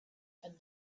had